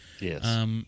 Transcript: Yes